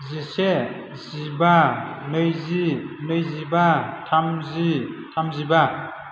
जिसे जिबा नैजि नैजिबा थामजि थामजिबा